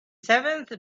seventh